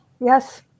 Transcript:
Yes